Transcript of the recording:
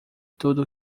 tudo